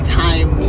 time